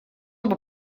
оба